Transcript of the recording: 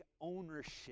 ownership